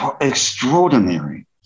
extraordinary